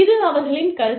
இது அவர்களின் கருத்து